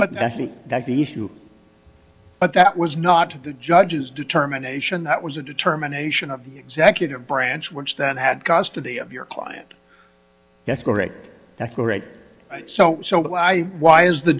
but actually that's the issue but that was not to the judge's determination that was a determination of the executive branch works that had custody of your client that's correct that's correct so so why why is the